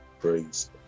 Praise